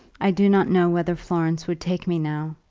i do not know whether florence would take me now.